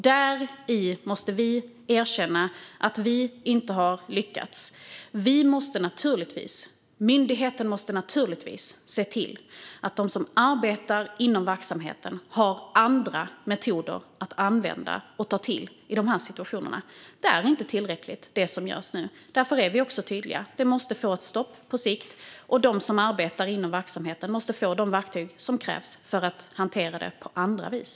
Där måste vi erkänna att vi inte har lyckats. Vi och myndigheten måste naturligtvis se till att de som arbetar inom verksamheten har andra metoder att använda och ta till i de situationerna. Det som görs nu är inte tillräckligt. Därför är vi också tydliga med att det måste få ett stopp på sikt. De som arbetar inom verksamheten måste få de verktyg som krävs för att hantera det på andra vis.